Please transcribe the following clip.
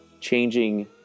changing